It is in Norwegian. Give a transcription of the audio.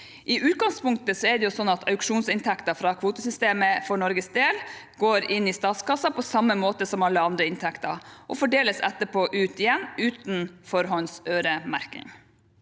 I utgangspunktet er det sånn at auksjonsinntektene fra kvotesystemet for Norges del går inn i statskassen på samme måte som alle andre inntekter og etterpå fordeles ut igjen uten forhåndsøremerking.